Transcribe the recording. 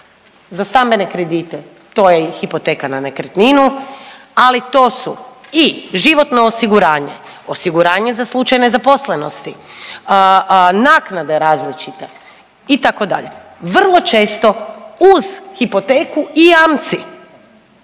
Za stambene kredite to je i hipoteka na nekretninu, ali to su i životno osiguranje, osiguranje za slučaj nezaposlenosti, naknade različite itd. Vrlo često uz hipoteku i jamci.